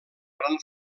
gran